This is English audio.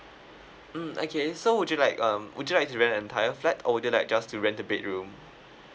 mm okay so would you like um would you like to rent entire flat or would you like just to rent the bedroom